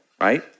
right